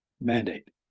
mandate